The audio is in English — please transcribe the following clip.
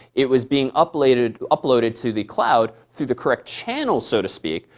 it was being uploaded uploaded to the cloud through the correct channel, so to speak,